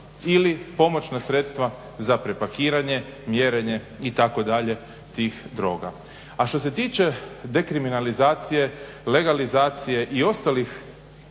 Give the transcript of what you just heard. ili pomoćna sredstva za prepakiranje, mjerenje i tako dalje tih droga. A što se tiče dekriminalizacije, legalizacije i ostalih